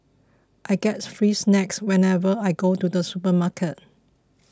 I get free snacks whenever I go to the supermarket